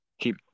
keep